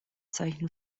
solchen